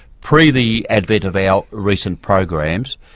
pre the advent of our recent programs,